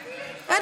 תגידו מה